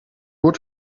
would